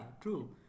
true